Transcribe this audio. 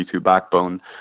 backbone